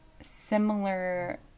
Similar